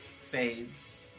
fades